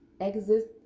exist